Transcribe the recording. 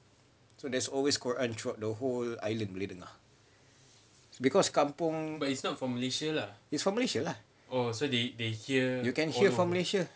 so there's always quran throughout the whole island boleh dengar because kampung it's from malaysia lah you can hear from malaysia